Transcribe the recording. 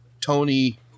tony